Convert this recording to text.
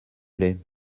plait